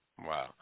Wow